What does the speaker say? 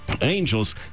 angels